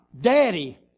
Daddy